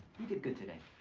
you did good today.